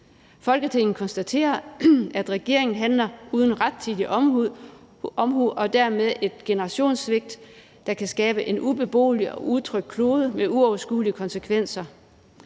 Folketinget konstaterer, at regeringen handler uden rettidig omhu og dermed er i gang med et generationssvigt, der kan skabe en ubeboelig og utryg klode med uoverskuelige konsekvenser.